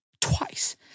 twice